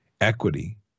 Equity